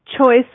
choice